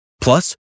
Plus